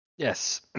Yes